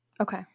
Okay